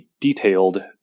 detailed